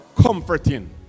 comforting